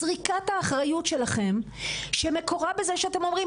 זריקת האחריות שלכם שמקורה בזה שאתם עושים,